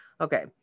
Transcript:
Okay